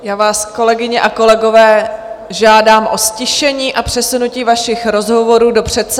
Já vás, kolegyně a kolegové, žádám o ztišení a přesunutí vašich rozhovorů do předsálí.